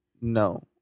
no